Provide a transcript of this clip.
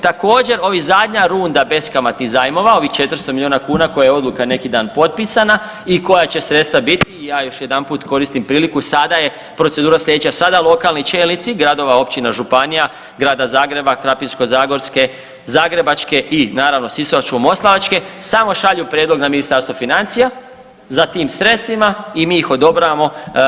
Također ova zadnja runda beskamatnih zajmova ovih 400 milijuna kuna koja je odluka neki dan potpisana i koja će sredstva biti i ja još jedanput koristim priliku sada je procedura sljedeća, sada lokalni čelnici gradova, općina, županija, Grada Zagreba, Krapinsko-zagorske, Zagrebačke i naravno Sisačko-moslavačke samo šalju prijedlog na Ministarstvo financija za tim sredstvima i mi ih odobravamo.